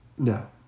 No